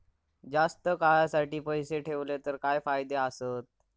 जास्त काळासाठी पैसे ठेवले तर काय फायदे आसत?